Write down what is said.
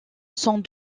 sont